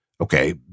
Okay